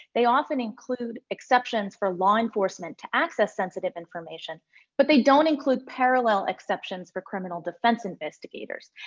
they often include exceptions for law enforcement to access sensitive information but they don't include parallel exceptions for criminal defense investigators.